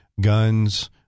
guns